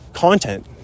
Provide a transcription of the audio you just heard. Content